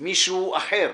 מישהו אחר,